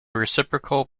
reciprocal